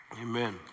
Amen